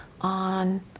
on